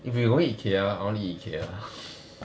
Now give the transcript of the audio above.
if we go ikea I want to eat ikea